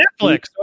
Netflix